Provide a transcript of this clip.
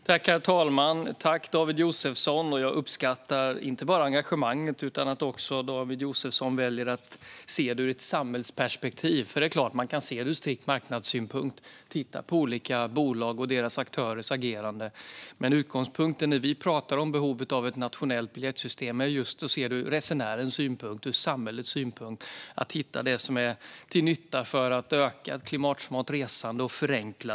Herr talman! Jag uppskattar inte bara engagemanget utan också att David Josefsson väljer att se frågan ur ett samhällsperspektiv. Man kan ju se frågan ur strikt marknadssynpunkt, det vill säga titta på olika bolag och deras aktörers agerande. Men utgångspunkten när vi pratar om behovet av ett nationellt biljettsystem är just att se det ur resenärens synpunkt och ur samhällets synpunkt. Det handlar om att hitta det som är till nytta för ett förenklat och ökat klimatsmart resande.